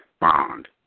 bond